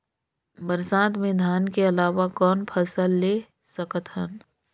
बरसात मे धान के अलावा कौन फसल ले सकत हन?